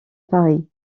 paris